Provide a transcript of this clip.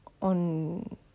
on